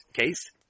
case